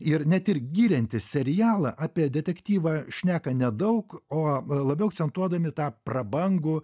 ir net ir giriantys serialą apie detektyvą šneka nedaug o labiau akcentuodami tą prabangų